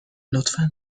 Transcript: لطفا